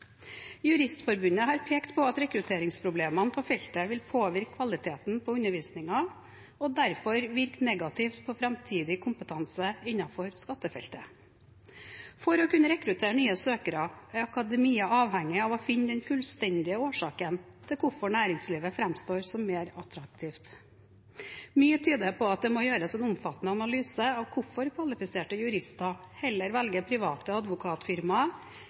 Juristforbundet har pekt på at rekrutteringsproblemene på feltet vil påvirke kvaliteten på undervisningen og derfor virke negativt på framtidig kompetanse innenfor skattefeltet. For å kunne rekruttere nye søkere er akademia avhengig av å finne den fullstendige årsaken til hvorfor næringslivet framstår som mer attraktivt. Mye tyder på at det må gjøres en omfattende analyse av hvorfor kvalifiserte jurister heller velger private advokatfirmaer